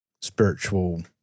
spiritual